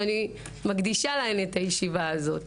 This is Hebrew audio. ואני מקדישה להן את הישיבה הזאת,